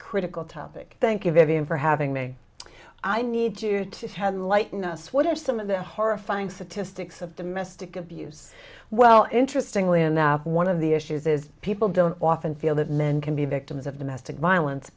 critical topic thank you vivian for having me i need to shed light on us what are some of the horrifying statistics of domestic abuse well interestingly enough one of the issues is people don't often feel that men can be victims of domestic violence